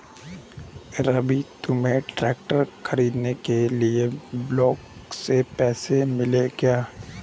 रवि तुम्हें ट्रैक्टर खरीदने के लिए ब्लॉक से पैसे मिले क्या?